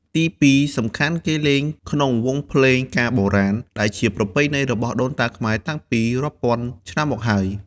ទី២ សំខាន់គេលេងក្នុងវង់ភ្លេងការបុរាណដែលជាប្រពៃណីរបស់ដូនតាខ្មែរតាំងពីរាប់ពាន់ឆ្នាំមកហើយ។